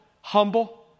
humble